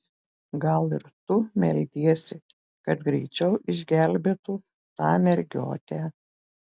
gal ir tu meldiesi kad greičiau išgelbėtų tą mergiotę